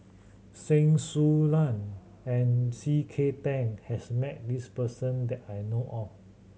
Su Lan and C K Tang has met this person that I know of